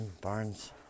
barns